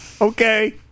Okay